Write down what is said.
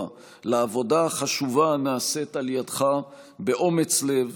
לעבודה החשובה הנעשית על ידיך באומץ לב,